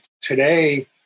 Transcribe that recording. today